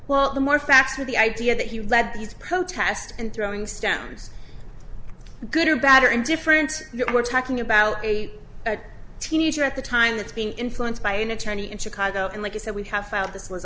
well the more facts or the idea that you lead these protest and throwing stones good or bad or indifferent you know we're talking about a teenager at the time that's being influenced by an attorney in chicago and like you said we have found this was